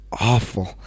awful